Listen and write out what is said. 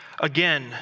Again